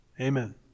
Amen